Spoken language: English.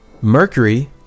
Mercury